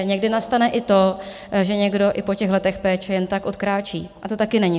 Někdy nastane i to, že někdo i po těch letech péče jen tak odkráčí, a to taky není fér.